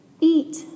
eat